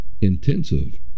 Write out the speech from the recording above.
intensive